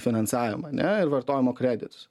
finansavimą ane ir vartojimo kreditus